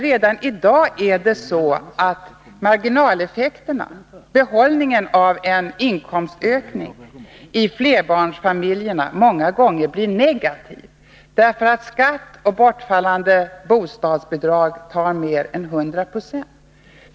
Redan i dag är marginaleffekterna så stora att behållningen av en inkomstökning i en flerbarnsfamilj många gånger blir negativ. Skatt och bortfallande bostadsbidrag tar mer än 100 96.